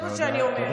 זה מה שאני אומרת.